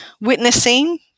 witnessing